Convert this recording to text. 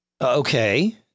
Okay